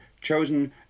chosen